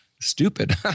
stupid